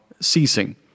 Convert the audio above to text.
ceasing